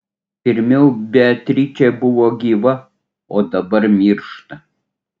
pirmiau beatričė buvo gyva o dabar miršta